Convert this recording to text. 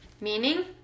meaning